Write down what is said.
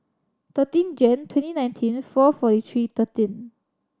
thirteen Jane twenty nineteen four forty three thirteen